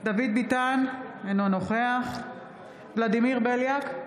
דוד ביטן, אינו נוכח ולדימיר בליאק,